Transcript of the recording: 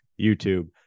YouTube